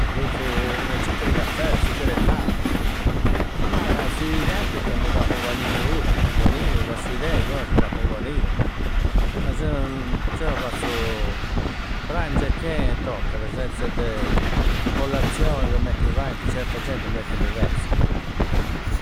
Mi buffu ua cicchera e caffè, ua cicchera e latti. Ma si cappita mi pappu u paninu pura. U paninu versu i deghi, chi nosu mi pappu u paninu. Ma si. Si no fazzu prangiu e chea e toccada. Senza de. Collazioi commenti fainti certa genti no è chi di fezzu.